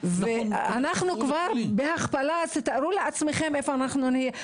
אנחנו כבר בהכפלה אז תתארו לעצמכם איפה אנחנו נהיה,